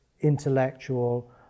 intellectual